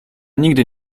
nigdy